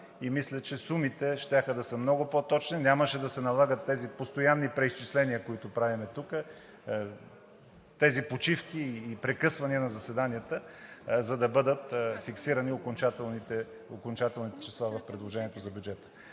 Мисля, че сумите щяха да са много по-точни, нямаше да се налагат тези постоянни преизчисления, които правим тук, тези почивки и прекъсвания на заседанията, за да бъдат фиксирани окончателните числа в предложението за бюджета.